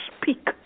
speak